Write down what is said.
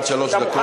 עד שלוש דקות.